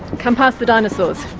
come past the dinosaurs.